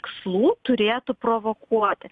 tikslų turėtų provokuoti